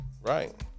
right